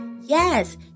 Yes